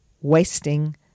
wasting